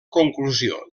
conclusió